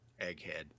Egghead